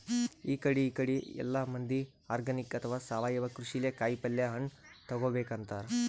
ಇಕಡಿ ಇಕಡಿ ಎಲ್ಲಾ ಮಂದಿ ಆರ್ಗಾನಿಕ್ ಅಥವಾ ಸಾವಯವ ಕೃಷಿಲೇ ಕಾಯಿಪಲ್ಯ ಹಣ್ಣ್ ತಗೋಬೇಕ್ ಅಂತಾರ್